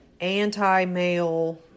anti-male